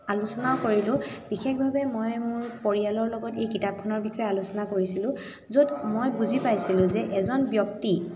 আলোচনাও কৰিলোঁ বিশেষভাৱে মই মোৰ পৰিয়ালৰ লগত এই কিতাপখনৰ বিষয়ে আলোচনা কৰিছিলোঁ য'ত মই বুজি পাইছিলোঁ যে এজন ব্যক্তি